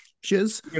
shiz